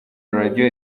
radio